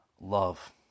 love